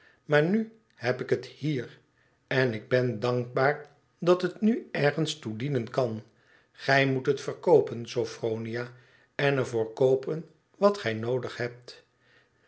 maar nu heb ik het hier en ik ben dankbaar dat het nu ergens toe dienen kan gij xnoet het verkoopen sqphronia en er voor koopen wat gij noodig hebt